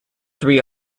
three